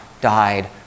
died